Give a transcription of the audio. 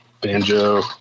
banjo